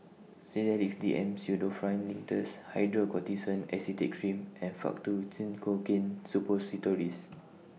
Sedilix D M Pseudoephrine Linctus Hydrocortisone Acetate Cream and Faktu Cinchocaine Suppositories